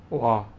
!wah!